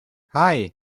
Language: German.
hei